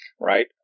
right